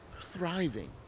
thriving